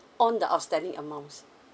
on the outstanding amounts